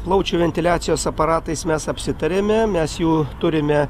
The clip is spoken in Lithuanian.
plaučių ventiliacijos aparatais mes apsitarėme mes jų turime